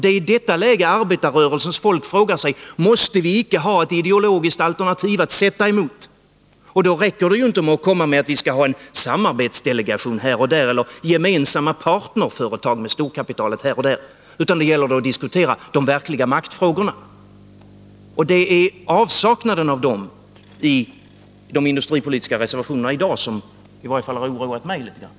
Det är i detta läge som arbetarrörelsens folk frågar sig: Måste vi icke ha ett ideologiskt alternativ att sätta emot? Då räcker det ju inte att komma med att Nr 52 vi skall ha en samarbetsdelegation här och där eller gemensamma partnerföretag med storkapitalet här och där, utan då gäller det att diskutera de verkliga maktfrågorna. Det är avsaknaden av dem i de industripolitiska reservationerna i dag som i varje fall har oroat mig litet grand.